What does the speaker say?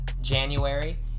January